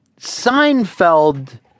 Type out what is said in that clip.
Seinfeld